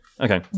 Okay